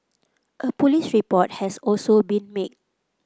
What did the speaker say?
a police report has also been made